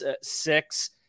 six